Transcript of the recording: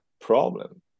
problem